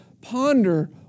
ponder